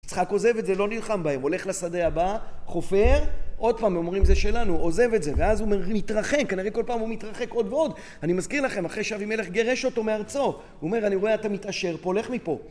יצחק עוזב את זה, לא נלחם בהם, הולך לשדה הבא, חופר, עוד פעם, אומרים זה שלנו, עוזב את זה, ואז הוא מתרחק, כנראה כל פעם הוא מתרחק עוד ועוד. אני מזכיר לכם, אחרי שאבימלך גירש אותו מארצו, הוא אומר, אני רואה אתה מתעשר פה, לך מפה.